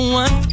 one